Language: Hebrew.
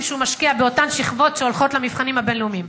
שהוא משקיע באותן שכבות שהולכות למבחנים הבין-לאומיים,